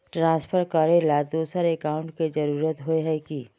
Transfer करेला दोसर account की जरुरत होय है की?